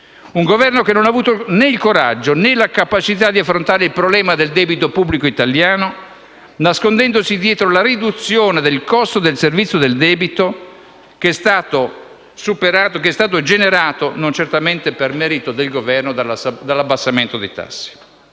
Un Governo che non ha avuto né il coraggio né la capacità di affrontare il problema del debito pubblico italiano, nascondendosi dietro la riduzione del costo del servizio del debito, che è stato generato, non certo per merito del Governo, dalla diminuzione dei tassi.